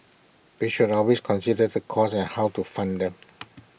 we should always consider the costs and how to fund them